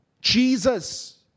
Jesus